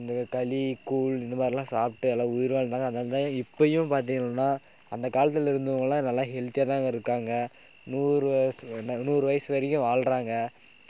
இந்தமாதிரி களி கூழ் இந்த மாதிரிலாம் சாப்பிட்டு எல்லாம் உயிர் வாழ்ந்தாங்க அதனால் தான் இப்போயும் பார்த்தீங்கள்னா அந்த காலத்தில் இருந்தவங்கள்லாம் நல்லா ஹெல்த்தியாக தாங்க இருக்காங்க நூறு வயசு என்ன நூறு வயசு வரைக்கும் வாழ்கிறாங்க